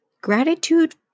gratitude